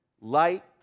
light